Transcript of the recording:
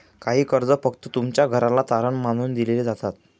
काही कर्ज फक्त तुमच्या घराला तारण मानून दिले जातात